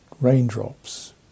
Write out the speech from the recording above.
raindrops